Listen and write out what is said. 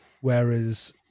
Whereas